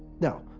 no.